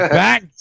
back